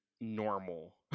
normal